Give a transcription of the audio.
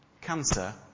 Cancer